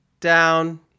down